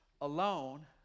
alone